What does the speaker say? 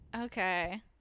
Okay